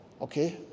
okay